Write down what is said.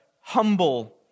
humble